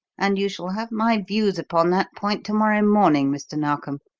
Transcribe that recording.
and you shall have my views upon that point to-morrow morning, mr. narkom.